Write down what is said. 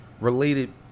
related